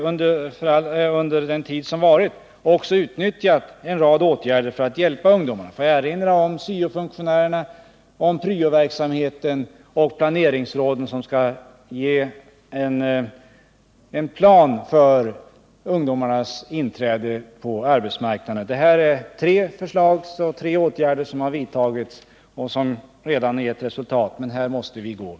Under den tid som varit har vi också utnyttjat en rad åtgärder för att hjälpa ungdomar; jag vill erinra om syo-funktionärerna, pryo-verksamheten och planeringsråden, som skall göra en plan för ungdo marnas inträde på arbetsmarknaden. Det är tre områden, där åtgärder som Nr 31 har vidtagits och som redan har gett resultat. Men vi måste gå vidare.